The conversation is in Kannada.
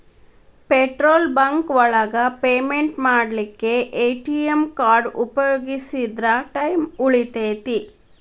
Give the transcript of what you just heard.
ಪೆಟ್ರೋಲ್ ಬಂಕ್ ಒಳಗ ಪೇಮೆಂಟ್ ಮಾಡ್ಲಿಕ್ಕೆ ಎ.ಟಿ.ಎಮ್ ಕಾರ್ಡ್ ಉಪಯೋಗಿಸಿದ್ರ ಟೈಮ್ ಉಳಿತೆತಿ